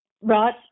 Right